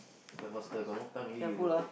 faster faster got no time already you